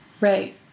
Right